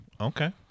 Okay